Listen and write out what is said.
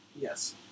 Yes